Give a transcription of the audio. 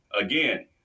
again